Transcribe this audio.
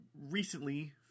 recently